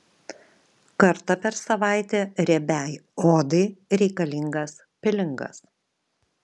kartą per savaitę riebiai odai reikalingas pilingas